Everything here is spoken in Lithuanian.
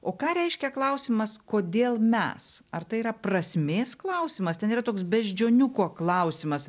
o ką reiškia klausimas kodėl mes ar tai yra prasmės klausimas ten yra toks beždžioniuko klausimas